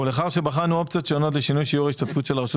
ולאחר שבחנו אופציות שונות לשינוי שיעור ההשתתפות של הרשות